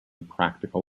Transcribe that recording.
practical